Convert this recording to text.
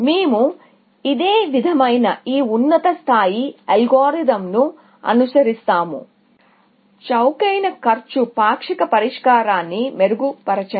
మేము ఇదే విధమైన ఈ ఉన్నత స్థాయి అల్గోరిథంను అనుసరిస్తాము కాస్ట్ చౌకైన పాక్షిక పరిష్కారాన్ని మెరుగుపరచండి